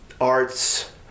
arts